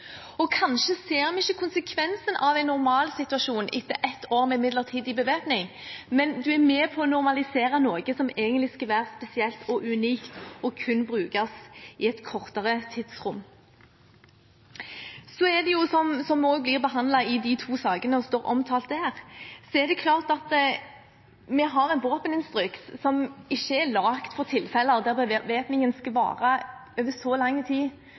Kanskje ser vi ikke konsekvensen av en normalsituasjon etter ett år med midlertidig bevæpning, men man er med på å normalisere noe som egentlig skal være spesielt og unikt og kun brukes i et kortere tidsrom. Så er det slik, som også blir behandlet i de to sakene, og står omtalt, at vi har en våpeninstruks som ikke er laget for tilfeller der bevæpningen skal vare over så lang tid